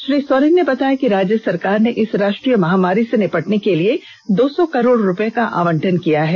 श्री सोरेन ने बताया कि राज्य सरकार ने इस राष्ट्रीय महामारी से निपटने के लिए दो सौ करोड़ रुपये का आवंटन किया है